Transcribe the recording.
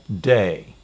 day